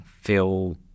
feel